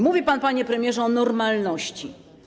Mówi pan, panie premierze, o normalności.